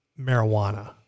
marijuana